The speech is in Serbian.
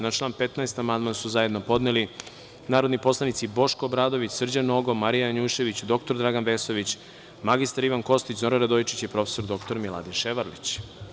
Na član 15. amandman su zajedno podneli narodni poslanici Boško Obradović, Srđan Nogo, Marija Janjušević, dr Dragan Vesović, mr Ivan Kostić, Zoran Radojičić i prof. dr Miladin Ševarlić.